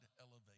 elevate